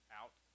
out